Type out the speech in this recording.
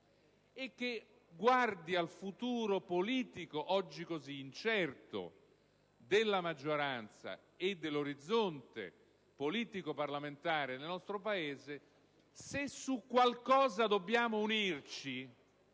campo, guardando al futuro politico, oggi così incerto, della maggioranza e dell'orizzonte politico-parlamentare del nostro Paese, che, se su qualcosa bisogna unirsi,